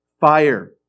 fire